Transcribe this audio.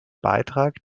beitrag